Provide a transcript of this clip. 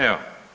Evo.